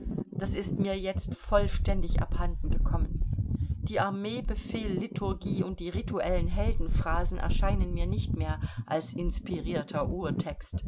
das ist mir jetzt vollständig abhanden gekommen die armeebefehl liturgie und die rituellen heldenphrasen erscheinen mir nicht mehr als inspirierter urtext